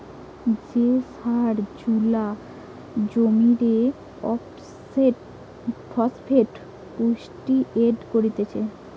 যে সার জুলা জমিরে ফসফেট পুষ্টি এড করতিছে